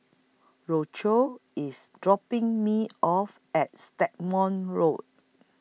Roscoe IS dropping Me off At Stagmont Road